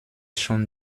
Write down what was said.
schon